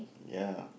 ya